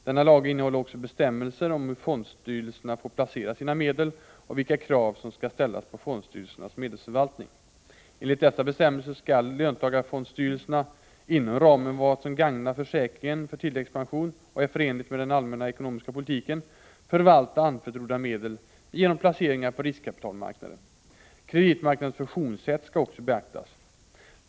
Denna lag innehåller också bestämmelser om hur fondstyrelserna får placera sina medel och vilka krav som skall ställas på fondstyrelsernas medelsförvaltning. Enligt dessa bestämmelser skall löntagarfondstyrelserna, inom ramen för vad som gagnar försäkringen för tilläggspension och är förenligt med den allmänna ekonomiska politiken, förvalta anförtrodda medel genom placeringar på riskkapitalmarknaden. Kreditmarknadens funktionssätt skall också beaktas.